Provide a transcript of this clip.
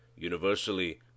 Universally